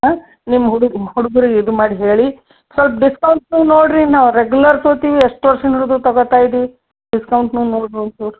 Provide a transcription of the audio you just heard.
ಹಾಂ ನಿಮ್ಮ ಹುಡ್ ಹುಡ್ಗ್ರಿಗೆ ಇದು ಮಾಡಿ ಹೇಳಿ ಸ್ವಲ್ಪ್ ಡಿಸ್ಕೌಂಟನ್ನೂ ನೋಡಿರಿ ನಾವು ರೆಗ್ಯೂಲರ್ ತೊಗೊತೀವಿ ಎಷ್ಟು ವರ್ಷ್ದಿಂದ ಹಿಡಿದು ತೊಗೊತಾ ಇದ್ದೀವಿ ಡಿಸ್ಕೌಂಟನ್ನೂ ನೋಡ್ರಿ ಒಂಚೂರು